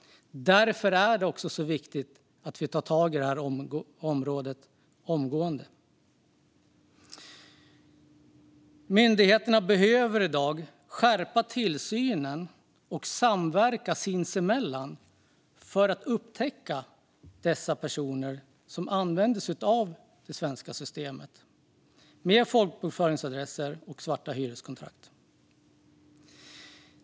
Därför är det också så viktigt att vi tar tag i det här området omgående. Myndigheterna behöver i dag skärpa tillsynen och samverka sinsemellan för att upptäcka dessa personer som använder sig av det svenska systemet genom folkbokföringsadresser och svarta hyreskontrakt.